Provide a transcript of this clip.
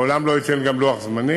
לעולם לא אתן גם לוח-זמנים,